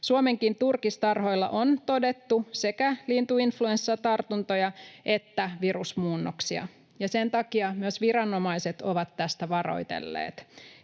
Suomenkin turkistarhoilla on todettu sekä lintuinfluenssatartuntoja että virusmuunnoksia, ja sen takia myös viranomaiset ovat tästä varoitelleet.